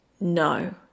No